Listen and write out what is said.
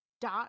dot